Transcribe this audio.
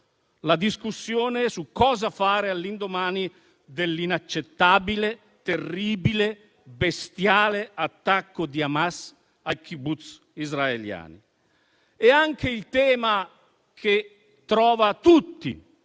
la discussione su cosa fare all'indomani dell'inaccettabile, terribile, bestiale attacco di Hamas ai *kibbutz* israeliani. Anche il tema che trova tutti